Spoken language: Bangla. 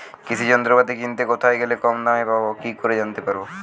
কৃষি যন্ত্রপাতি কিনতে কোথায় গেলে কম দামে পাব কি করে জানতে পারব?